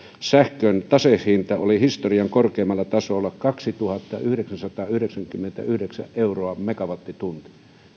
sähkön tasehinta oli historian korkeimmalla tasolla kaksituhattayhdeksänsataayhdeksänkymmentäyhdeksän euroa megawattitunti